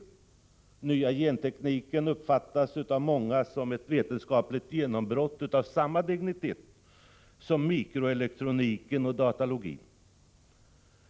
Den nya gentekniken uppfattas av många som ett vetenskapligt genombrott av samma dignitet som mikroelektroniken och datalogin.